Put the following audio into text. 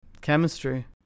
Chemistry